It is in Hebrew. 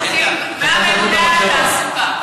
הנתונים על התעסוקה.